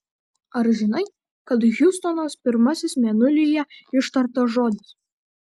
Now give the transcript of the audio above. ar žinai kad hjustonas pirmasis mėnulyje ištartas žodis